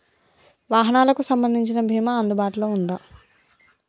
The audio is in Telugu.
వాహనాలకు సంబంధించిన బీమా అందుబాటులో ఉందా?